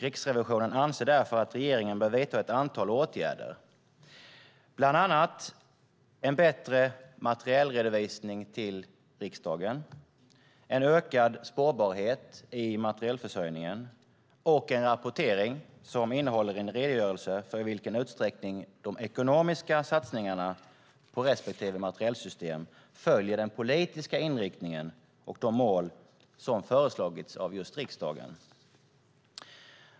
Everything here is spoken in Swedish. Riksrevisionen anser därför att regeringen bör vidta ett antal åtgärder, bland annat bättre materielredovisning, ökad spårbarhet i materielförsörjningen och en rapportering som innehåller en redogörelse för i vilken utsträckning de ekonomiska satsningarna på respektive materielsystem följer den politiska inriktning och de mål som fastslagits av riksdagen.